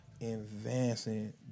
advancing